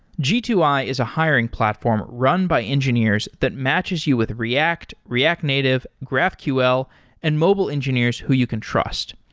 g two i is a hiring platform run by engineers that matches you with react, react native, graphql and mobile engineers who you can trust.